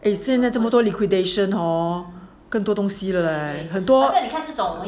eh 现在那么多 liquidation hor 更多东西了 eh 很多